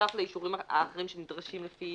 בנוסף לאישורים האחרים שנדרשים לפי